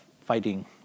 fighting